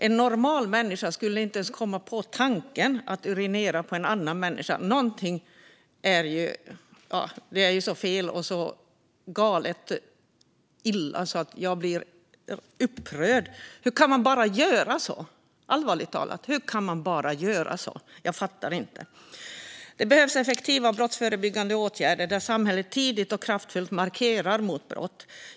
En normal människa skulle inte ens komma på tanken att urinera på en annan person. Det är så fel, galet och illa att jag blir upprörd. Hur kan man bara göra så? Jag fattar det inte. Det behövs effektiva brottsförebyggande åtgärder, där samhället tidigt och kraftfullt markerar mot brott.